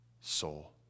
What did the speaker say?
soul